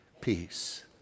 peace